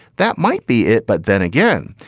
that might be it but then again,